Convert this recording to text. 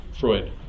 Freud